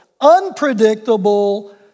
unpredictable